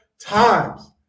times